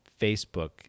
Facebook